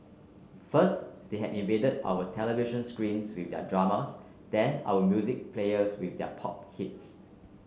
first they had invaded our television screens with their dramas then our music players with their pop hits